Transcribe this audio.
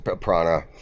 prana